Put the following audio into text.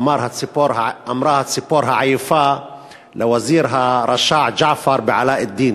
אמרה הציפור העייפה לווזיר הרשע ג'עפר ב"אלדין"